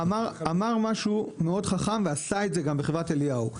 הוא אמר משהו מאוד חכם וגם עשה את זה בחברת אליהו.